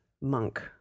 monk